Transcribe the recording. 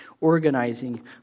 organizing